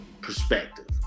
perspective